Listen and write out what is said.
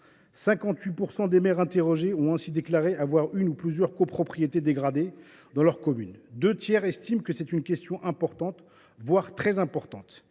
58 % des maires interrogés ont ainsi déclaré avoir une ou plusieurs copropriétés dégradées dans leur commune. Deux tiers d’entre eux estiment que c’est une question importante, voire très importante.